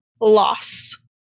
Loss